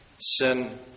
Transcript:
sin